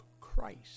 Christ